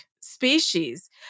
species